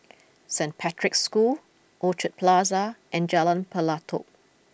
Saint Patrick's School Orchard Plaza and Jalan Pelatok